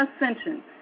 Ascension